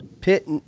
Pitt